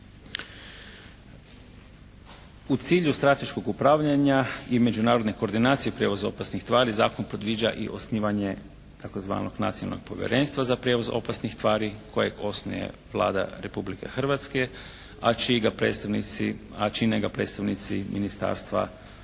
U cilju strateškog upravljanja i međunarodne koordinacije prijevoza opasnih tvari zakon predviđa i osnivanje tzv. Nacionalnog povjerenstva za prijevoz opasnih tvari kojeg osnuje Vlada Republike Hrvatske a čiji ga predstavnici, a čine